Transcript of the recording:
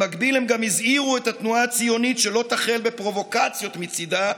במקביל הם גם הזהירו את התנועה הציונית שלא תחל בפרובוקציות מצידה,